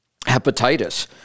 hepatitis